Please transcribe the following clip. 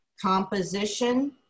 composition